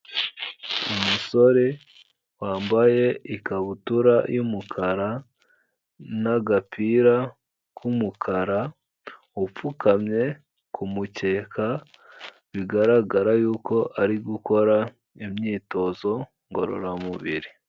Umusore wambaye ikabutura y'umukara n'agapira k'umukara, upfukamye ku mukeka, bigaragara y'uko ari gukora imyitozo ngororamubiri.